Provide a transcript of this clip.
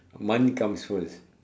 money comes first